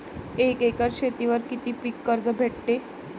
एक एकर शेतीवर किती पीक कर्ज भेटते?